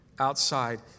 Outside